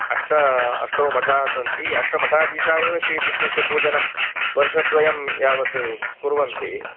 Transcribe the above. अष्ट अष्टौ मठाः सन्ति अष्टमठाधीशाः एव श्रीकृष्णस्य पूजनं वर्षद्वयं यावत् कुर्वन्ति